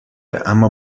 اما